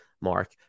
mark